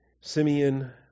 Simeon